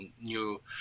new